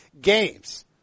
games